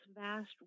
vast